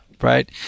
right